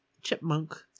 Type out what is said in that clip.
chipmunk